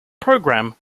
program